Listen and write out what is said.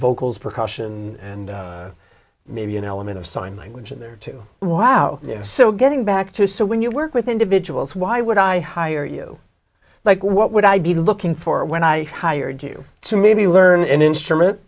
vocals percussion and maybe an element of sign language in there to wow so getting back to so when you work with individuals why would i hire you like what would i be looking for when i hired you to maybe learn an instrument